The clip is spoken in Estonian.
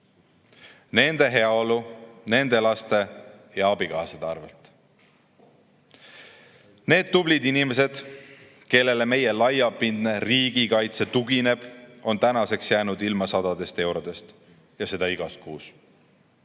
nende heaolu, nende laste ja abikaasade arvel? Need tublid inimesed, kellele meie laiapindne riigikaitse tugineb, on tänaseks jäänud ilma sadadest eurodest ja seda igas kuus.